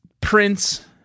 Prince